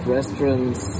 restaurants